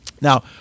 now